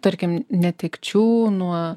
tarkim netekčių nuo